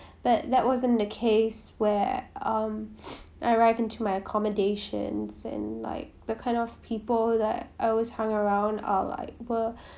but that wasn't the case where um arrived into my accommodations and like the kind of people that always hang around are like were